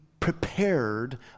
prepared